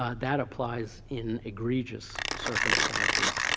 ah that applies in egregious circumstances,